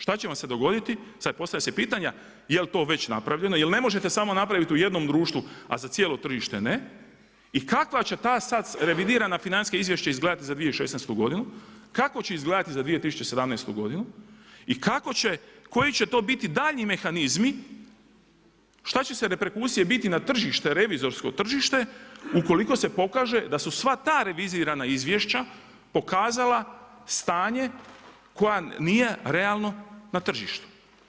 Šta će vam se dogoditi, sad postavljaju se pitanja, jel' to već napravljeno, jer ne možete samo napraviti u jednom društvu a za cijelo tržište ne, i kakva će ta sad revidirana financijska izvješća izgledati za 2016. godinu, kako će izgledati za 2017. godinu, i koji će to biti daljnji mehanizmi, … reperkusije na revizorsko tržište ukoliko se pokaže da su sva revizirana izvješća pokazala stanje koje nije realno na tržištu.